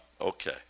okay